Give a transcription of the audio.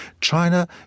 China